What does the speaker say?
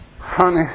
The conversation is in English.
honey